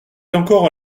encore